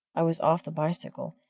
i was off the bicycle,